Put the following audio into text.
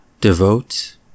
Devote